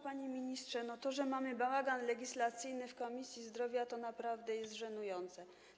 Panie ministrze, to, że mamy bałagan legislacyjny w Komisji Zdrowia, to naprawdę jest żenujące.